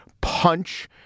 punch